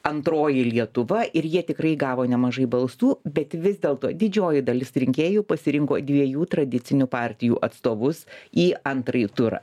antroji lietuva ir jie tikrai gavo nemažai balsų bet vis dėlto didžioji dalis rinkėjų pasirinko dviejų tradicinių partijų atstovus į antrąjį turą